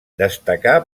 destacà